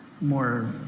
more